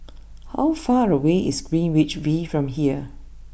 how far away is Greenwich V from here